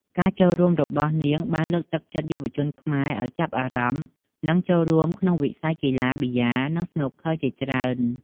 ការចូលរួមរបស់នាងបានលើកទឹកចិត្តយុវជនខ្មែរឱ្យចាប់អារម្មណ៍ និងចូលរួមក្នុងវិស័យកីឡាប៊ីយ៉ា និងស្នូកឃ័រជាច្រើន។